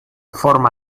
forma